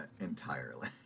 entirely